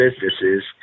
businesses